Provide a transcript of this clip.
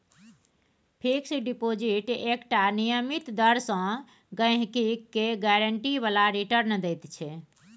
fix deposit एकटा नियमित दर सँ गहिंकी केँ गारंटी बला रिटर्न दैत छै